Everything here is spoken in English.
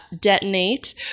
detonate